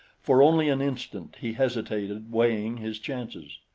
for only an instant he hesitated weighing his chances.